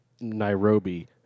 Nairobi